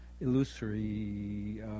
illusory